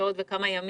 ימים